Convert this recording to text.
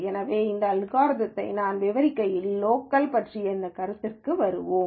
எனவே இந்த அல்காரிதம்யை நான் விவரிக்கையில் லோக்கல் பற்றிய இந்த கருத்துக்கு வருவோம்